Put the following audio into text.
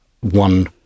one